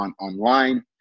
online